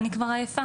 אני כבר עייפה